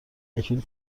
اکنون